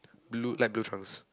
blue light blue trunks